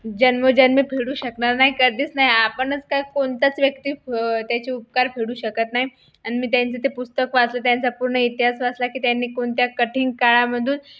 जन्मोजन्मी फेडू शकणार नाही कधीच नाही आपणच का कोणताच व्यक्ती फ त्याचे उपकार फेडू शकत नाही आणि मी त्यांचं ते पुस्तक वाचलं त्यांचा पूर्ण इतिहास वाचला की त्यांनी कोणत्या कठीण काळामधून